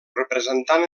representant